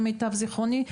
למיטב זיכרוני,